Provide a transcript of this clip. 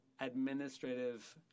administrative